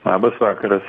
labas vakaras